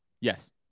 Yes